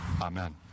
Amen